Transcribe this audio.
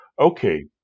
okay